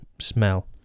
smell